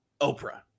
Oprah